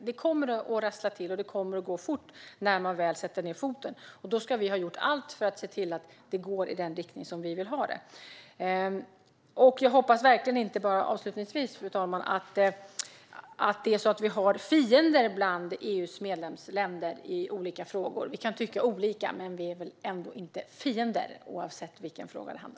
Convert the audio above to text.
Det kommer att rassla till och gå fort när man väl sätter ned foten, och då ska vi ha gjort allt för att se till att det går i den riktning vi vill. Fru talman! Jag hoppas verkligen att vi inte har fiender bland EU:s medlemsländer. Vi kan tycka olika, men oavsett vilken fråga det handlar om är vi väl ändå inte fiender.